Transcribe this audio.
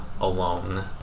alone